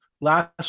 last